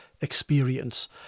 experience